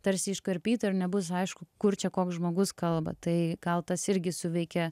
tarsi iškarpyta ir nebus aišku kur čia koks žmogus kalba tai gal tas irgi suveikia